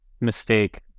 mistake